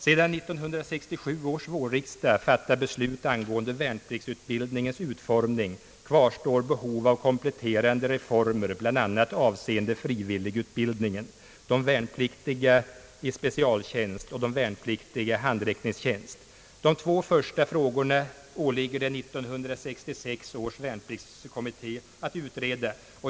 Sedan 1967 års vårriksdag fattade beslut angående värnpliktsutbildningens utformning, kvarstår behov av kompletterande reformer bl.a. avseende frivilligutbildningen, de värnpliktiga i specialtjänst och de värnpliktiga i handräckningstjänst. De två första frågorna åligger det 1966 års värnpliktskommitté att utreda.